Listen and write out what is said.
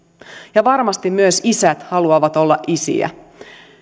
ja varmasti myös isät haluavat olla isiä